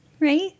Right